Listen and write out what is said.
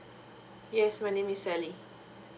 yes my name is sally